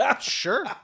Sure